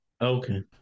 Okay